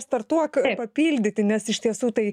startuok papildyti nes iš tiesų tai